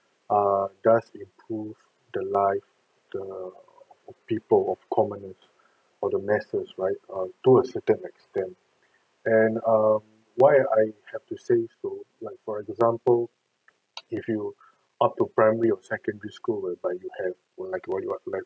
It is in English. err does improve the life the people of commoners or the masses right um to a certain extent and um why I have to say so like for example if you up to primary or secondary school whereby you have like